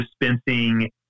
dispensing